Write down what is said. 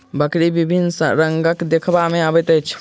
बकरी विभिन्न रंगक देखबा मे अबैत अछि